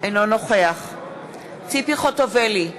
אינו נוכח ציפי חוטובלי,